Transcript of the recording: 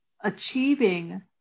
achieving